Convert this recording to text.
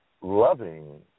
loving